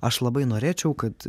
aš labai norėčiau kad